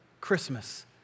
Christmas